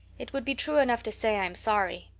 it would be true enough to say i am sorry,